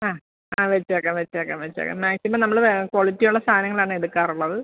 ആ ആ വെച്ചേക്കാം വെച്ചേക്കാം വെച്ചേക്കാം മാക്സിമം നമ്മൾ വേ ക്വാളിറ്റി ഉള്ള സാധനങ്ങളാണ് എടുക്കാറുള്ളത്